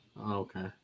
Okay